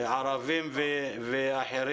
ערביים ויהודיים,